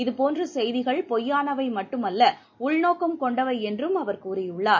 இதுபோன்றசெய்திகள் பொய்யானவைமட்டுமல்ல உள்நோக்கம் கொண்டவைஎன்றும் அவர் கூறியுள்ளார்